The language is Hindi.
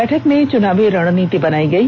बैठक में चुनावी रणनीति बनायी गई